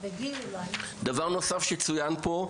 דבר נוסף שצוין פה,